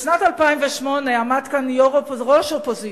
בשנת 2008 עמד כאן ראש האופוזיציה,